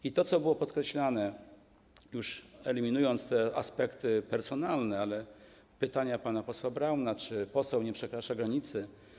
I to, co było podkreślane, już eliminując aspekty personalne, ale pytania pana posła Brauna, czy poseł nie przekracza granicy.